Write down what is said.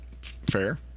fair